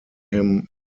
him